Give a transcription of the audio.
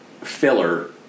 filler